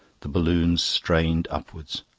the balloons strained upwards.